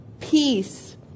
peace